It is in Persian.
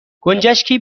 گنجشکی